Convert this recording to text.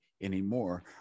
anymore